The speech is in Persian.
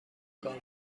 گاو